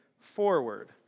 forward